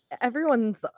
everyone's